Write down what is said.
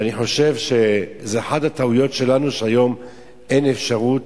ואני חושב שזו אחת הטעויות שלנו שהיום אין אפשרות